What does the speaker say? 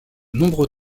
nombreux